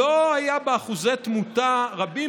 שלא היו בה אחוזי תמותה רבים,